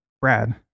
Brad